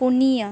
ᱯᱩᱱᱭᱟᱹ